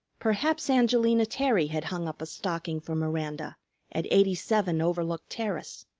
perhaps angelina terry had hung up a stocking for miranda at eighty seven overlook terrace.